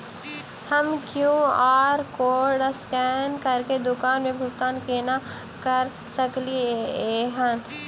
हम QR code scan करके दुकान मे भुगतान केना करऽ सकलिये एहन?